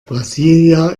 brasília